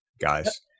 guys